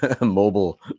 mobile